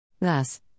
Thus